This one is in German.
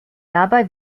dabei